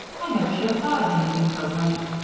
i never should have thought of anything so bright.